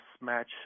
match